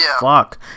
fuck